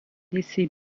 laissé